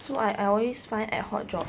so I always find ad-hoc jobs